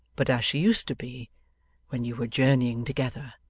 but as she used to be when you were journeying together,